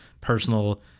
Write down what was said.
personal